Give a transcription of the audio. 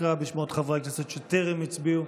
הכנסת, נא קרא בשמות חברי הכנסת שטרם הצביעו.